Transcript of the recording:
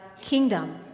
kingdom